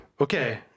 Okay